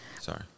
sorry